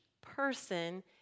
person